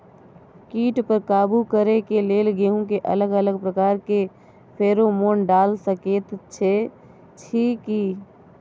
कीट पर काबू करे के लेल गेहूं के अलग अलग प्रकार के फेरोमोन डाल सकेत छी की?